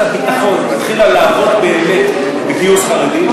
הביטחון התחילה לעבוד באמת בגיוס חרדים,